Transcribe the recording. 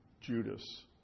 Judas